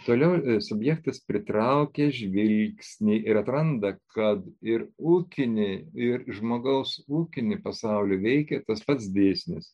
toliau subjektas pritraukia žvilgsnį ir atranda kad ir ūkinį ir žmogaus ūkinį pasaulį veikia tas pats dėsnis